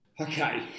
Okay